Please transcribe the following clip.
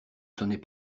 sonnait